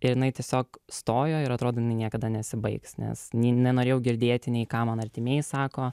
ir jinai tiesiog stojo ir atrodė jinai niekada nesibaigs nes nenorėjau girdėti nei ką man artimieji sako